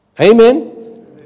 Amen